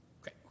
Okay